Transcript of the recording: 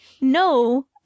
no